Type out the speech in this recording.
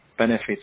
benefits